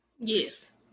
Yes